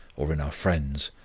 or in our friends,